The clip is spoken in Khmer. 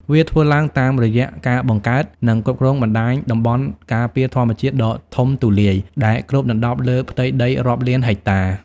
វាធ្វើឡើងតាមរយៈការបង្កើត និងគ្រប់គ្រងបណ្តាញតំបន់ការពារធម្មជាតិដ៏ធំទូលាយ ដែលគ្របដណ្តប់លើផ្ទៃដីរាប់លានហិកតា។